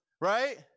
right